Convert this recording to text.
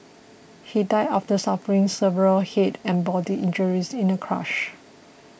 he died after suffering severe head and body injuries in a crash